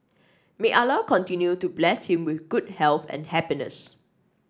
may Allah continue to bless him with good health and happiness